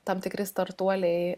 tam tikri startuoliai